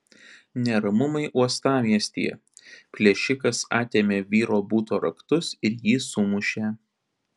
neramumai uostamiestyje plėšikas atėmė vyro buto raktus ir jį sumušė